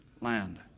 land